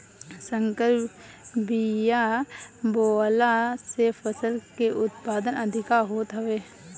संकर बिया बोअला से फसल के उत्पादन अधिका होत हवे